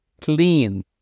clean